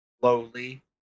slowly